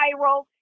viral